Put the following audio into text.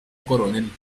coronel